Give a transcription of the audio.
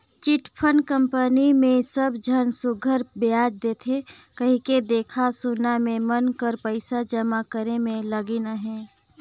chit fund company मे सब झन सुग्घर बियाज देथे कहिके देखा सुना में मन कर पइसा जमा करे में लगिन अहें